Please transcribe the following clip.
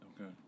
Okay